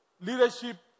Leadership